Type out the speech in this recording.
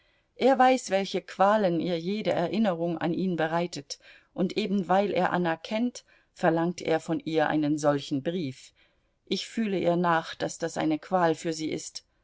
er weiß welche qualen ihr jede erinnerung an ihn bereitet und eben weil er anna kennt verlangt er von ihr einen solchen brief ich fühle ihr nach daß das eine qual für sie ist